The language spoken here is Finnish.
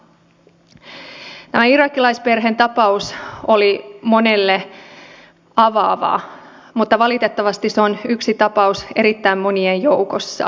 tämä irakilaisperheen tapaus oli monelle avaava mutta valitettavasti se on yksi tapaus erittäin monien joukossa